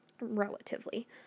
relatively